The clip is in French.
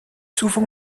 souvent